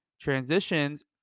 transitions